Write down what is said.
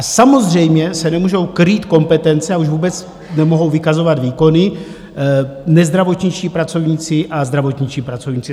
Samozřejmě se nemůžou krýt kompetence a už vůbec nemohou vykazovat výkony nezdravotničtí pracovníci a zdravotničtí pracovníci.